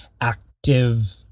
active